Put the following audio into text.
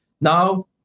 Now